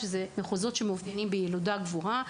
מחוזות שמאופיינים בילודה גבוהה,